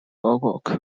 artwork